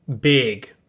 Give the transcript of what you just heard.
big